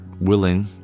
willing